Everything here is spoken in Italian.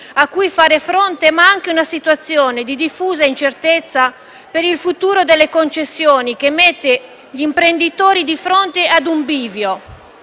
cui fare fronte, ma anche una situazione di diffusa incertezza per il futuro delle concessioni, che mette gli imprenditori di fronte ad un bivio: